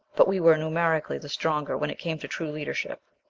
but we were numerically the stronger when it came to true leadership.